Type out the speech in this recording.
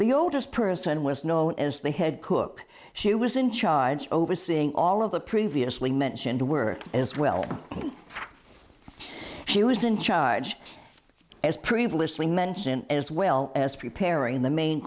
the oldest person was known as the head cook she was in charge overseeing all of the previously mentioned work as well she was in charge as previously mentioned as well as preparing the main